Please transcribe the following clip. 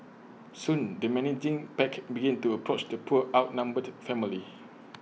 soon the menacing pack began to approach the poor outnumbered family